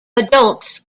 adults